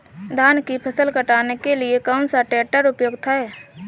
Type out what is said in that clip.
धान की फसल काटने के लिए कौन सा ट्रैक्टर उपयुक्त है?